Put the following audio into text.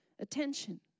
Attention